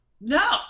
No